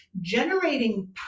generating